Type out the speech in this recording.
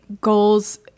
goals